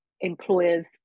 employers